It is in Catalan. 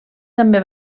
també